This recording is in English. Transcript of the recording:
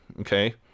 okay